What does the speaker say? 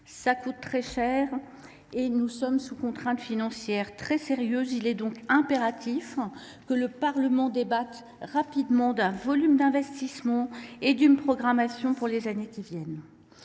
cela coûte très cher et nous évoluons sous très forte contrainte financière. Il est donc impératif que le Parlement débatte rapidement d’un volume d’investissement et d’une programmation pour les années qui viennent.